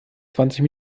zwanzig